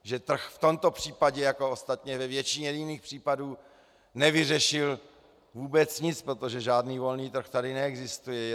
Že trh v tomto případě, jako ostatně ve většině jiných případů, nevyřešil vůbec nic, protože žádný volný trh tady neexistuje.